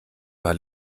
paar